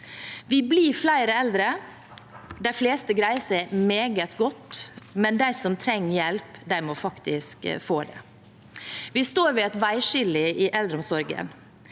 Vi blir flere eldre. De fleste greier seg meget godt, men de som trenger hjelp, må faktisk få det. Vi står ved et veiskille i eldreomsorgen.